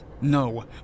No